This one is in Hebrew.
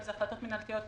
אם זה החלטות מנהלתיות,